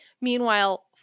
Meanwhile